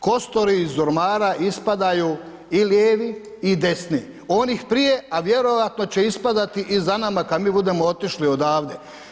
Kosturi iz ormara ispadaju i lijevi i desni, onih prije, a vjerojatno će ispadati i za nama kad mi budemo otišli odavde.